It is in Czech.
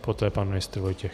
Poté pan ministr Vojtěch.